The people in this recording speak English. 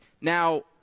Now